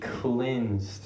cleansed